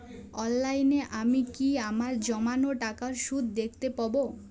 অনলাইনে আমি কি আমার জমানো টাকার সুদ দেখতে পবো?